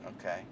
Okay